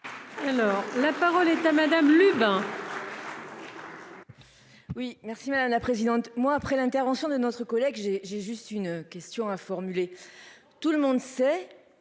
Alors la parole est à madame Lubin. Oui merci madame la présidente, moi après l'intervention de notre collègue j'ai j'ai juste une question à formuler. Tout le monde sait,